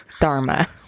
dharma